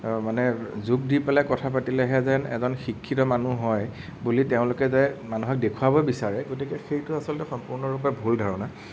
মানে যোগ দি পেলাই কথা পাতিলেহে যেন এজন শিক্ষিত মানুহ হয় বুলি তেওঁলোকে যে মানুহক দেখুৱাব বিচাৰে গতিকে সেইটো আচলতে সম্পূৰ্ণৰূপে ভুল ধাৰণা